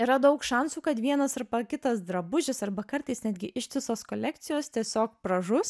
yra daug šansų kad vienas arba kitas drabužis arba kartais netgi ištisos kolekcijos tiesiog pražus